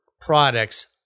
products